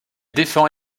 défend